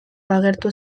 agertu